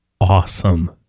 awesome